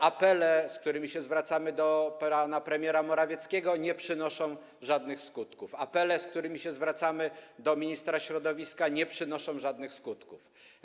Apele, z którymi się zwracamy do pana premiera Morawieckiego, nie przynoszą żadnych skutków, apele, z którymi się zwracamy do ministra środowiska, nie przynoszą żadnych skutków.